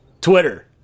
Twitter